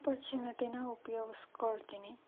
ಆಪರ್ಚುನಿಟಿನ ಉಪಯೋಗಿಸಿಕೊಳ್ತೀನಿ